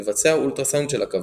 לבצע אולטרה סאונד של הכבד.